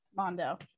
Mondo